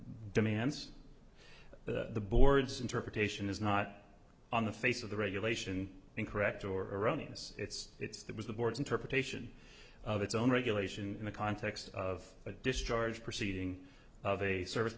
demands that the board's interpretation is not on the face of the regulation incorrect or erroneous it's it's that was the board's interpretation of its own regulation in the context of a discharge proceeding of a service